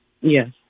Yes